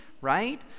right